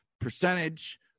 percentage